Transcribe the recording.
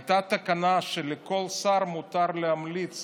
הייתה תקנה שלכל שר מותר להמליץ